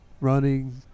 running